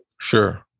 sure